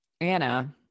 Anna